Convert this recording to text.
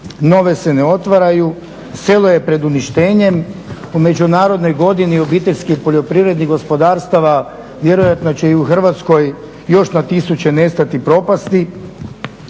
nove se ne otvaraju, selo je pred uništenjem. U međunarodnoj godini obiteljskih poljoprivrednih gospodarstava vjerojatno će i u Hrvatskoj još na tisuće nestati propasti.